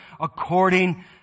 according